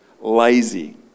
lazy